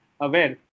aware